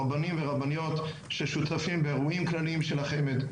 רבנים ורבניות ששותפים באירועים כלליים של החמ"ד,